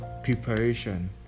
preparation